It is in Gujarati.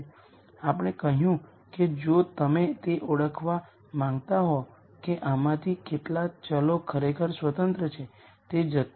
તેથી આપણે કેટલીક ચર્ચાઓ કરી છે તેના આધારે આપણે કેટલીક બાબતો ધ્યાનમાં લઈ શકીએ છીએ